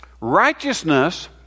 Righteousness